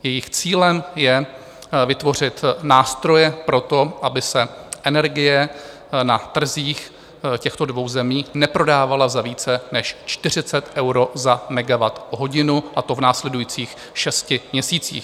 Jejich cílem je vytvořit nástroje pro to, aby se energie na trzích těchto dvou zemích neprodávala za více než 40 eur za megawathodinu, a to v následujících šesti měsících.